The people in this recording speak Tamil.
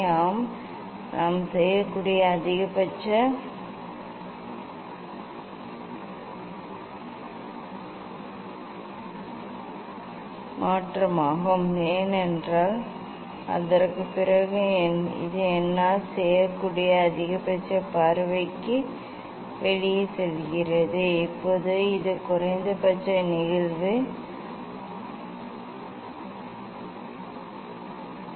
ஆமாம் இது நான் செய்யக்கூடிய அதிகபட்ச மாற்றமாகும் ஏனென்றால் அதற்குப் பிறகு இது என்னால் செய்யக்கூடிய அதிகபட்ச பார்வைக்கு வெளியே செல்கிறது இப்போது இது குறைந்தபட்ச நிகழ்வு கோணம் ஆ